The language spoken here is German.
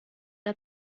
der